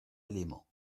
éléments